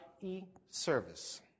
e-service